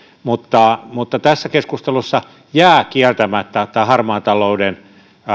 mutta mutta tässä keskustelussa jää kieltämättä harmaan talouden